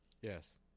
Yes